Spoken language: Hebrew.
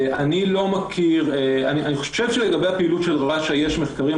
אני חושב שלגבי הפעילות של רש"א יש מחקרים,